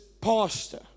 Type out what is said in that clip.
pastor